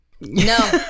No